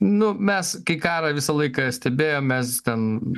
nu mes kai karą visą laiką stebėjom mes ten